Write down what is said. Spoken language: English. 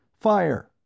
FIRE